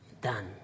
done